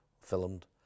filmed